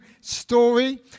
story